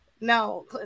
No